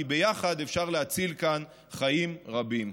כי ביחד אפשר להציל כאן חיים רבים.